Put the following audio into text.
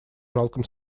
жалком